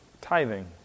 Tithing